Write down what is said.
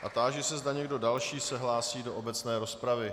A táži se, zda někdo další se hlásí do obecné rozpravy.